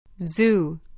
Zoo